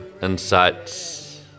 insights